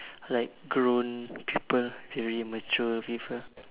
like grown people very mature people